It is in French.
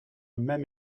même